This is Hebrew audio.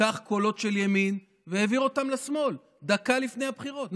לקח קולות של ימין והעביר אותם לשמאל דקה לפני הבחירות.